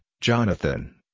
Jonathan